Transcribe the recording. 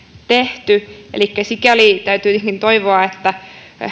tehty elikkä sikäli täytyy tietenkin toivoa että